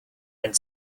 and